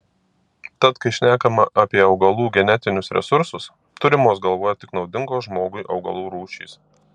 tad kai šnekama apie augalų genetinius resursus turimos galvoje tik naudingos žmogui augalų rūšys